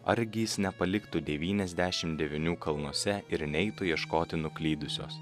argi jis nepaliktų devyniasdešim devynių kalnuose ir neitų ieškoti nuklydusios